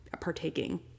partaking